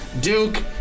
Duke